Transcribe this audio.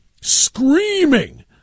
screaming